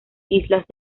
islas